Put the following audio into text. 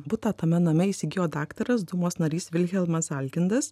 butą tame name įsigijo daktaras dūmos narys vilhelmas alkindas